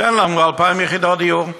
תן לנו 2,000 יחידות דיור.